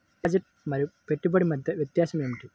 Deposit మరియు పెట్టుబడి మధ్య వ్యత్యాసం ఏమిటీ?